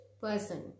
person